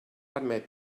admit